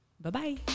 Bye-bye